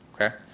Okay